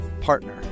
partner